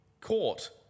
court